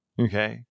Okay